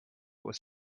was